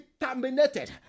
terminated